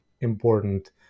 important